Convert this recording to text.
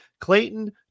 Clayton